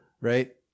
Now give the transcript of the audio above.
right